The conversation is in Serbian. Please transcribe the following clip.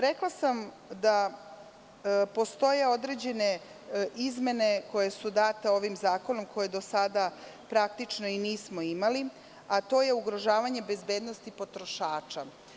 Rekla sam da postoje određene izmene koje su date ovim zakonom koje do sada praktično i nismo imali, a to je ugrožavanje bezbednosti potrošača.